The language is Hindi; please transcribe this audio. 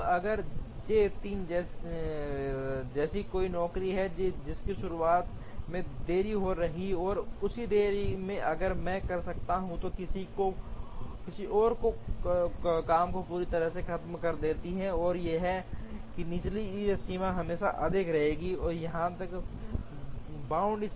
तो अगर जे 3 जैसी कोई नौकरी है जिसकी शुरुआत में देरी हो रही है और उस देरी में अगर मैं कर सकता हूं किसी और काम को पूरी तरह से खत्म कर दें तो यहां की निचली सीमा हमेशा से अधिक रहेगी यहाँ कम बाउंड